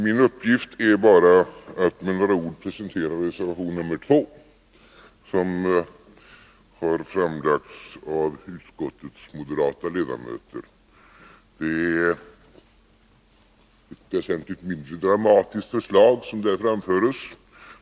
Min uppgift är bara att med några ord presentera reservation nr 2, som har framlagts av utskottets moderata ledamöter. Det är ett väsentligt mindre dramatiskt förslag som där framförs.